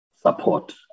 support